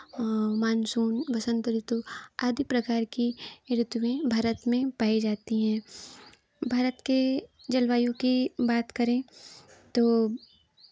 monsoon वसंत ऋतु आदि प्रकार की ऋतुएँ भारत में पाई जाती हैं भारत के जलवायु की बात करें तो